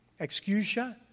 Excusia